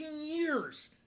years